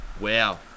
wow